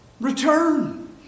return